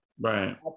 Right